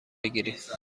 بگیریم